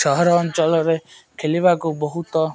ସହର ଅଞ୍ଚଳରେ ଖେଲିବାକୁ ବହୁତ